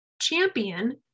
Champion